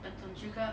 betul juga